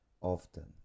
often